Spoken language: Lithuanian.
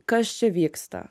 kas čia vyksta